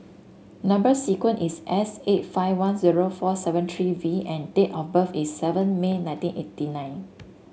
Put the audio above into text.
number sequence is S eight five one zero four seven three V and date of birth is seven May nineteen eighty nine